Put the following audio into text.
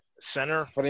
Center